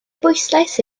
bwyslais